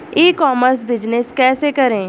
ई commerce business कैसे करें?